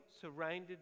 surrounded